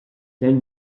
telle